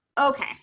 Okay